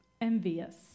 envious